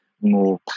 more